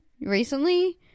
recently